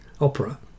opera